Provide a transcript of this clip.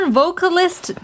vocalist